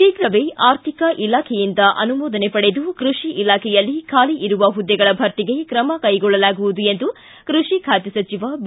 ಶೀಘವೇ ಆರ್ಥಿಕ ಇಲಾಖೆಯಿಂದ ಅನುಮೋದನೆ ಪಡೆದು ಕೈಷಿ ಇಲಾಖೆಯಲ್ಲಿ ಖಾಲಿ ಇರುವ ಹುದ್ದೆಗಳ ಭರ್ತಿಗೆ ತ್ರಮ ಕೈಗೊಳ್ಳಲಾಗುವುದು ಎಂದು ಕೃಷಿ ಖಾತೆ ಸಚಿವ ಬಿ